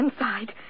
inside